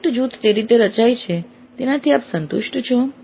project જૂથ જે રીતે રચાય છે તેનાથી આપ સંતુષ્ટ છો